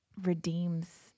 redeems